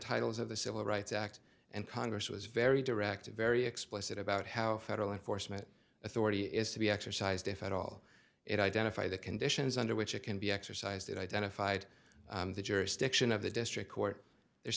titles of the civil rights act and congress was very direct very explicit about how federal enforcement authority is to be exercised if at all it identify the conditions under which it can be exercised it identified the jurisdiction of the district court there's